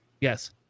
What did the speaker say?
Yes